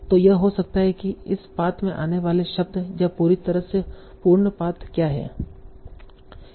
तो यह हो सकता है कि इस पाथ में आने वाले शब्द या पूरी तरह से पूर्ण पाथ क्या हैं